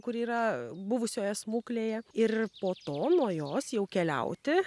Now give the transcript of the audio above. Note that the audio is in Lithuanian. kuri yra buvusioje smuklėje ir po to nuo jos jau keliauti